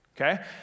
Okay